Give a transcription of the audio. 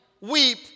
weep